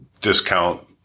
discount